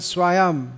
Swayam